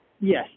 yes